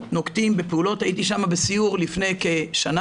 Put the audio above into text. הייתי שם בסיור לפני כשנה,